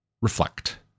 reflect